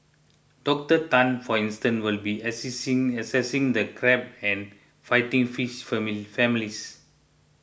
Doctor Tan for instance will be assessing the carp and fighting fish families